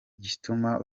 gituma